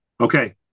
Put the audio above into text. Okay